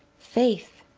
faith,